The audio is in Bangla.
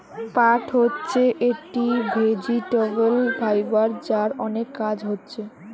পাট হচ্ছে একটি ভেজিটেবল ফাইবার যার অনেক কাজ হচ্ছে